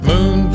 Moon